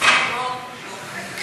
שהבור לא מונגש,